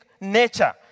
nature